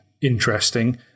interesting